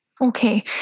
Okay